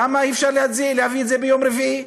למה אי-אפשר להביא את זה ביום רביעי?